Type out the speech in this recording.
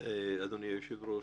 אדוני היושב-ראש,